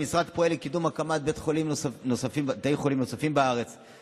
המשרד פועל לקידום הקמת בתי חולים נוספים בישראל,